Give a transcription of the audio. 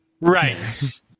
right